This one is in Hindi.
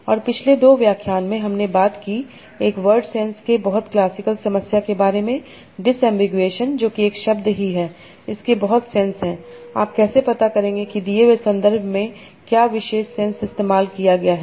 और पिछले दो व्याख्यान में हमने बात की एक वर्ड सेंस के बहुत क्लासिकल समस्या के बारे में दिसम्बिगुएशन जो की एक शब्द ही है इसके बहुत सेंस हैंआप कैसे पता करेंगे की दिए हुए सन्दर्भ में क्या विशेष सेंस इस्तेमाल किया गया है